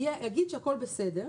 אגיד שהכול בסדר,